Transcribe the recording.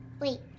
Wait